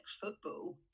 football